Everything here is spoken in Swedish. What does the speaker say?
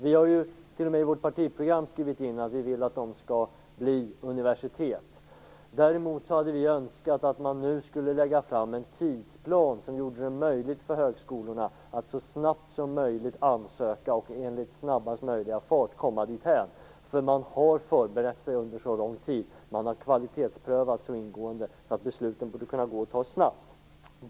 Vi har t.o.m. i vårt partiprogram skrivit in att vi vill att de skall bli universitet. Vi hade önskat att man nu skulle lägga fram en tidsplan som gjorde det möjligt för högskolorna att så snabbt som möjligt ansöka och i snabbaste möjliga fart komma dithän. De har förberett sig under så lång tid och de har kvalitetsprövats så ingående att det borde kunna gå att fatta besluten snabbt.